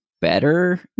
better